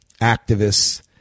activists